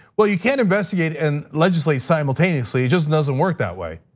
well you can't investigate and legislate simultaneously, it just doesn't work that way.